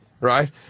right